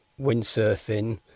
windsurfing